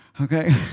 Okay